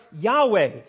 Yahweh